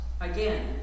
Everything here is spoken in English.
again